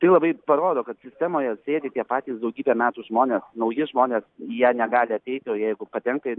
tai labai parodo kad sistemoje sėdi tie patys daugybę metų žmonės nauji žmonės jie negali ateiti o jeigu patenka į